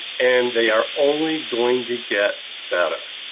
and they are only going to get better.